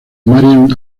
marian